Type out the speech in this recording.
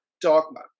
dogma